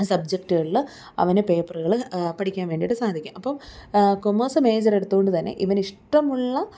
സബ്ജകടുകളിൽ അവന് പേപ്പറുകൾ പഠിക്കാൻ വേണ്ടിയിട്ട് സാധിക്കും അപ്പം കൊമേഴ്സ് മേജറ് എടുത്തു കൊണ്ടു തന്നെ ഇവന് ഇഷ്ടമുള്ള